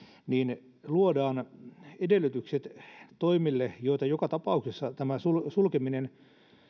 niin luodaan edellytykset toimille joilla joka tapauksessa tämä sulkeminen